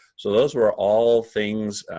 so those were all things,